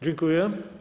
Dziękuję.